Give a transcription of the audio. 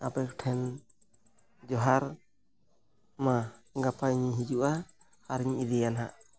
ᱟᱯᱮ ᱠᱚᱴᱷᱮᱱ ᱡᱚᱦᱟᱨ ᱢᱟ ᱜᱟᱯᱟᱧ ᱦᱤᱡᱩᱜᱼᱟ ᱟᱨᱤᱧ ᱤᱫᱤᱭᱟ ᱦᱟᱸᱜ